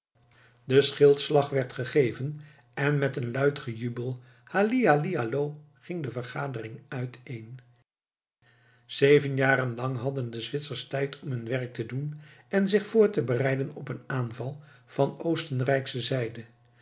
de schildslag werd gegeven en met een luid gejubeld halli halli hallo ging de vergadering uiteen zeven jaar lang hadden de zwitsers tijd om hun werk te doen en zich voor te bereiden op een aanval van oostenrijksche zijde